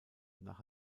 nach